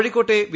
കോഴിക്കോട്ടെ വി